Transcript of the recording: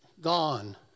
gone